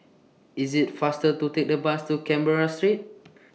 IS IT faster to Take The Bus to Canberra Street